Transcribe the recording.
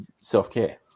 self-care